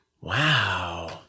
Wow